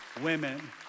women